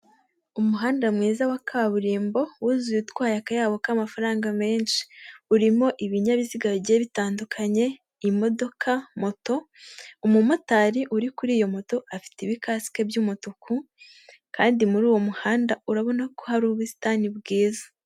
Umuhanda mwiza wa kaburimbo, wuzuye utwaye akayabo k'amafaranga menshi, urimo ibinyabiziga bigenda bitandukanye, imodoka, moto, umumotari uri kuri iyo moto afite ibikasike by'umutuku kandi muri uwo muhanda urabona ko hari ubusitani bwiza.